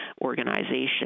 organization